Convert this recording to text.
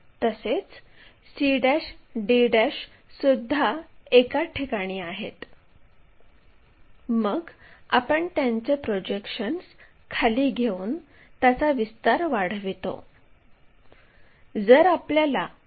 आणि मग c ते d1 पर्यंत मोजून LFV या प्रोजेक्ट केलेल्या लाईनपासून एक आर्क काढा हा आर्क अशाप्रकारे वाढविला जाऊ शकतो